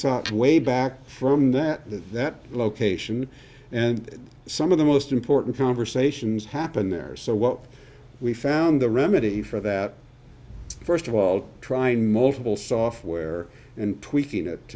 stopped way back from that that location and some of the most important conversations happened there so what we found the remedy for that first of all trying multiple software and tweaking